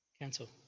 Cancel